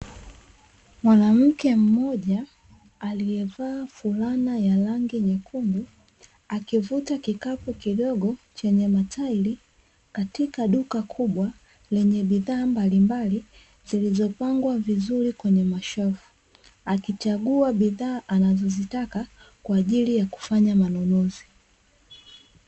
Mwanamke mmoja aliyevaa fulana ya rangi nyekundu akivuta kikapu kidogo chenye matairi, katika duka kubwa lenye bidhaa mbalimbali zilizopangwa vizuri kwenye mashelfu akichagua bidhaa anazozitaka kwa ajili ya kufanya manunuzi.